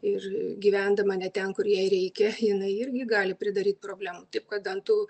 ir gyvendama ne ten kur jai reikia jinai irgi gali pridaryt problemų taip kad dantų